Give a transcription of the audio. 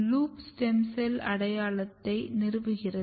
loop stem cell அடையாளத்தை நிறுவுகிறது